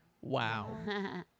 Wow